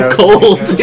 cold